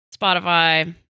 Spotify